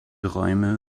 räume